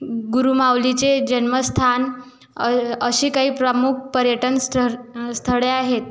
गुरुमाऊलीचे जन्मस्थान असे काही प्रमुख पर्यटन स्थर् स्थळे आहेत